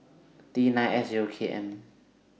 T nine F Zero K M